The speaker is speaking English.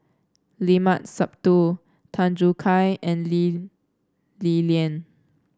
Limat Sabtu Tan Choo Kai and Lee Li Lian